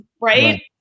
Right